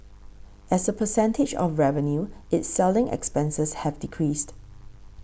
as a percentage of revenue its selling expenses have decreased